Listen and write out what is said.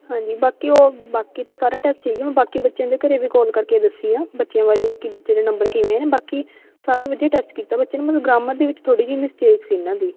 ਹਾਂਜੀ ਬਾਕੀ ਉਹ ਬਾਕੀ ਤਾਂ ਸਾਰਾ ਟੈਸਟ ਠੀਕ ਆ ਬਾਕੀ ਬੱਚਿਆਂ ਦੇ ਘਰ ਵੀ ਕੋਲ ਕਰਕੇ ਦੱਸੀ ਆ ਬੱਚਿਆਂ ਬਾਰੇ ਕਿ ਬੱਚੇ ਦੇ ਨੰਬਰ ਕਿਵੇਂ ਬਾਕੀ ਸਾਰਾ ਵਧੀਆ ਟੈਸਟ ਕੀਤਾ ਬੱਚੇ ਨੂੰ ਮਤਲਬ ਗਰਾਮਰ ਦੇ ਵਿੱਚ ਥੋੜ੍ਹੀ ਜਿਹੀ ਮਿਸਟੇਕ ਸੀ ਇਹਨਾਂ ਦੀ